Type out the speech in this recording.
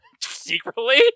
Secretly